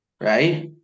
right